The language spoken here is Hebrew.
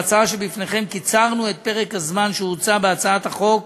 בהצעה שבפניכם קיצרנו את פרק הזמן שהוצע בהצעת החוק